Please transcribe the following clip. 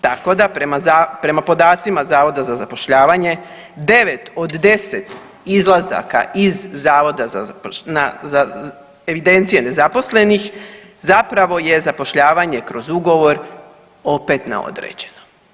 Tako da prema podacima Zavoda za zapošljavanje 9 od 10 izlazaka iz evidencije nezaposlenih zapravo je zapošljavanje kroz ugovor opet na određeno.